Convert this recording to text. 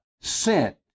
sent